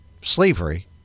slavery